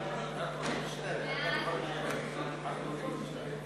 ההצעה להעביר את הצעת חוק קליטת חיילים